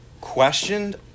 questioned